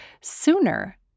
sooner